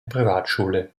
privatschule